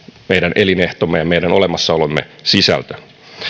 meidän elinehtomme ja meidän olemassaolomme sisältö